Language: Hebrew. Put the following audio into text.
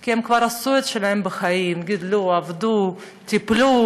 כי הם כבר עשו את שלהם בחיים, גידלו, עבדו, טיפלו